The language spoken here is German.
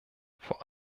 vor